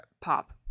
pop